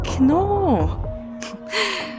no